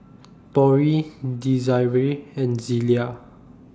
Torie Desirae and Zelia